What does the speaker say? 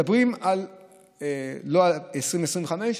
מדברים לא על 2025,